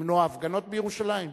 למנוע הפגנות בירושלים?